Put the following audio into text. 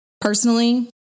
Personally